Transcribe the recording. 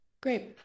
Great